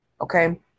okay